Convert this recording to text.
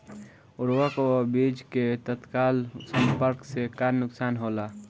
उर्वरक व बीज के तत्काल संपर्क से का नुकसान होला?